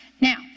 Now